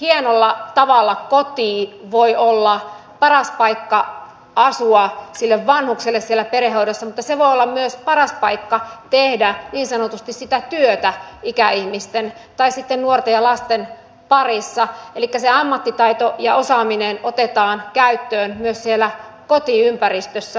hienolla tavalla koti voi olla paras paikka asua sille vanhukselle siellä perhehoidossa mutta se voi olla myös paras paikka tehdä niin sanotusti sitä työtä ikäihmisten tai sitten nuorten ja lasten parissa elikkä se ammattitaito ja osaaminen otetaan käyttöön myös siellä kotiympäristössä